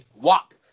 Walk